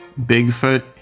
Bigfoot